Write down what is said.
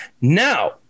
now